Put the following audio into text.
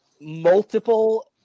Multiple